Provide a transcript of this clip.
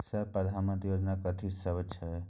Sir प्रधानमंत्री योजना कथि सब छै?